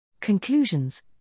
Conclusions